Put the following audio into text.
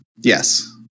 Yes